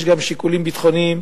יש גם שיקולים ביטחוניים